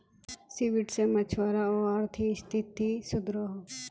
seaweed से मछुवारार अआर्थिक स्तिथि सुधरोह